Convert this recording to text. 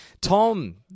Tom